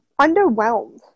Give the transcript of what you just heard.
underwhelmed